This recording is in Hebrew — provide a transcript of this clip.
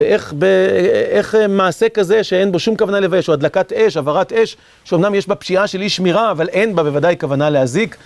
איך מעשה כזה שאין בו שום כוונה לבייש, או הדלקת אש, הבערת אש, שאומנם יש בה פשיעה של אי שמירה, אבל אין בה בוודאי כוונה להזיק.